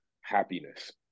happiness